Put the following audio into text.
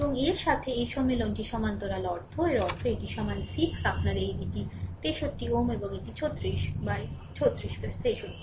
এবং এর সাথে এই সম্মিলনটি সমান্তরাল অর্থ এর অর্থ এটি সমান 6 আপনার এই এটি 63 Ω এবং এটি 36 63 36